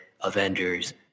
Avengers